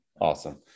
Awesome